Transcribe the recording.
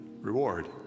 reward